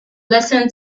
listen